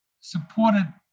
supported